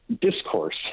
discourse